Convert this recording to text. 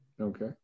Okay